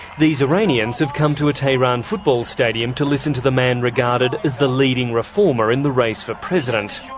these iranians have come to a tehran football stadium to listen to the man regarded as the leading reformer in the race for president.